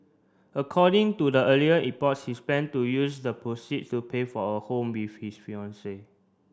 according to the earlier reports he to use the proceed to pay for a home with his fiancee